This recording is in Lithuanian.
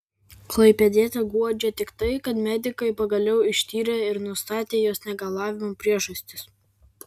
klaipėdietę guodžia tik tai kad medikai pagaliau ištyrė ir nustatė jos negalavimų priežastis